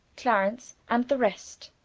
clarence, and the rest.